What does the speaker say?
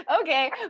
Okay